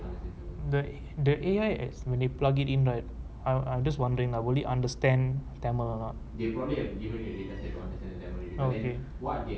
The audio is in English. the the A_I whhen you plug it in right I I just wondering lah will it understand tamil or not oh okay